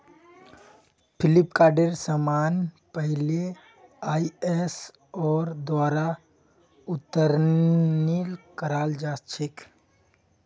फ्लिपकार्टेर समान पहले आईएसओर द्वारा उत्तीर्ण कराल जा छेक